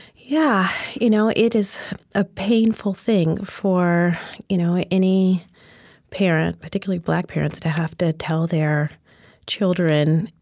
yeah you know it is a painful thing for you know ah any parent, particularly black parents, to have to tell their children,